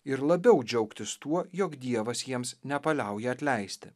ir labiau džiaugtis tuo jog dievas jiems nepaliauja atleisti